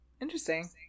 Interesting